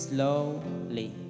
Slowly